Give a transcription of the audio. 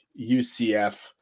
UCF